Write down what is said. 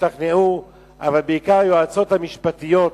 אבל בעיקר היועצות המשפטיות,